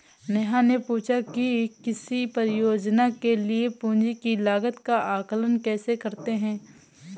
नेहा ने पूछा कि किसी परियोजना के लिए पूंजी की लागत का आंकलन कैसे करते हैं?